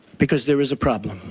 because there is a problem.